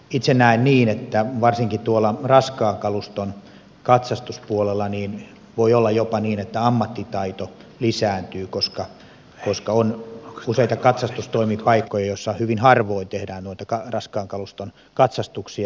itse näen niin että varsinkin tuolla raskaan kaluston katsastuspuolella voi olla jopa niin että ammattitaito lisääntyy koska on useita katsastustoimipaikkoja joissa hyvin harvoin tehdään noita raskaan kaluston katsastuksia